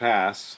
Pass